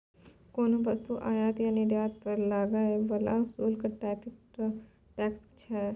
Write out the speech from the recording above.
कोनो वस्तुक आयात आ निर्यात पर लागय बला शुल्क टैरिफ टैक्स छै